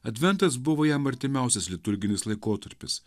adventas buvo jam artimiausias liturginis laikotarpis